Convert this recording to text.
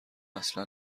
اصلا